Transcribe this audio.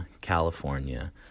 California